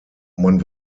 man